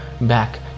back